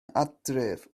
adref